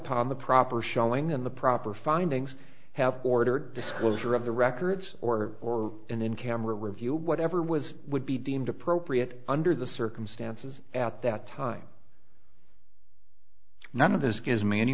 n the proper showing in the proper findings have ordered disclosure of the records or or in camera review whatever was would be deemed appropriate under the circumstances at that time none of this gives me any